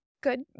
good